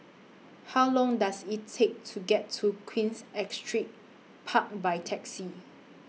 How Long Does IT Take to get to Queens Astrid Park By Taxi